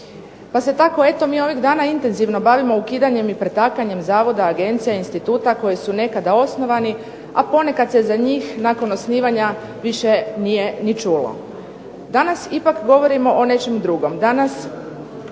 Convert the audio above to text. Pa se tako eto mi ovih dana intenzivno bavimo ukidanjem i pretakanjem zavoda, agencija, instituta koji su nekada osnovani, a ponekad se za njih nakon osnivanja više nije ni čulo. Danas ipak govorimo o nečem drugom,